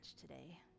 today